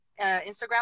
Instagram